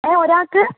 ആ ഒരാൾക്ക്